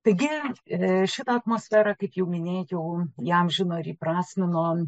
taigi šitą atmosferą kaip jau minėjau įamžino ir įprasmino